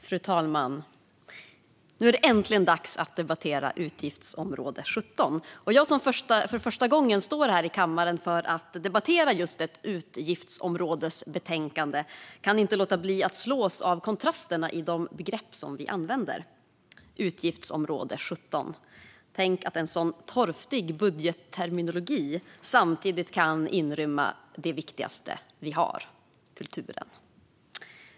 Fru talman! Då är det äntligen dags att debattera utgiftsområde 17! Jag, som för första gången står här i kammaren för att debattera just ett utgiftsområdesbetänkande, kan inte låta bli att slås av kontrasterna i de begrepp som vi använder. Utgiftsområde 17 - tänk att en sådan torftig budgetterminologi samtidigt kan inrymma det viktigaste vi har, kulturen!